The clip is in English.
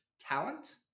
talent